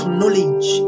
knowledge